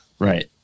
Right